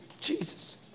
Jesus